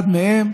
אחד מהם